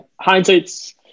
hindsight